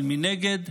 אבל מנגד,